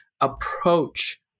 approach